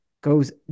goes